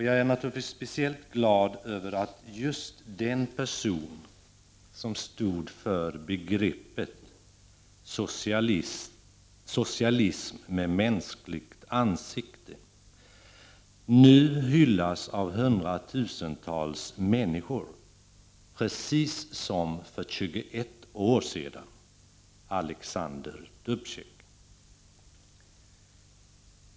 Jag är speciellt glad över att just den person som stod för begreppet ”socialism med mänskligt ansikte” nu hyllas av hundratusentals människor, precis som för 21 år sedan, nämligen Alexander Dubcek.